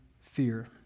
fear